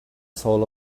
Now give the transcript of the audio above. soul